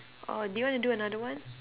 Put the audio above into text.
oh do you want to do another one